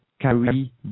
carry